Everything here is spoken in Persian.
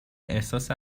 احساس